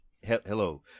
hello